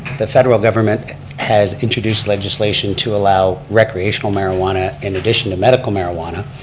the federal government has introduced legislation to allow recreational marijuana in addition to medical marijuana.